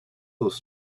those